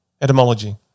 Etymology